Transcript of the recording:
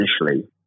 initially